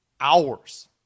hours